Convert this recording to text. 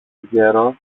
γέρος